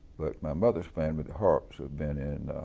but my mother's family, the harps have been in